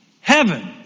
heaven